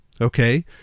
Okay